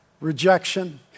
rejection